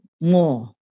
more